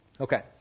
Okay